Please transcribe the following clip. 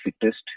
fittest